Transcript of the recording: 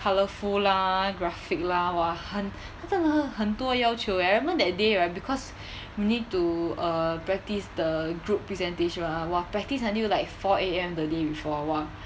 colourful lah graphic lah !wah! 很他真是的很多要求 eh I remember that day right because we need to err practice the group presentation !wah! practice until like four A_M the day before !wah!